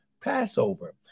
Passover